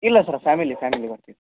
ಇಲ್ಲ sir family family ಬರ್ತೀವಿ